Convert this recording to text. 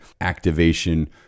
activation